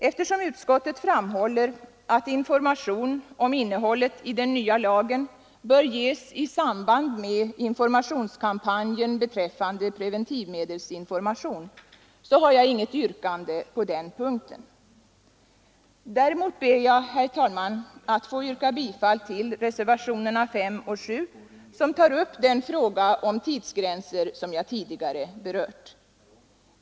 Eftersom utskottet framhåller att information om innehållet i den nya lagen bör ges i samband med informationskampanjer beträffande preventivmedelsinformation har jag inget yrkande på den punkten. Däremot ber jag, herr talman, att få yrka bifall till reservationerna 5 och 7, som tar upp den fråga om tidsgränser som jag tidigare berört.